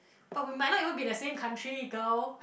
but we might not even been the same country girl